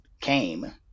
came